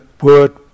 word